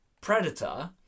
Predator